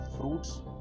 fruits